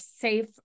safe